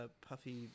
puffy